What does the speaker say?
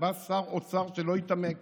בא שר אוצר שלא התעמק